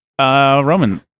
Roman